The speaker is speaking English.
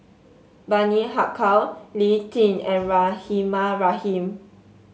Bani Haykal Lee Tjin and Rahimah Rahim